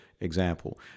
example